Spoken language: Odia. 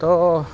ତ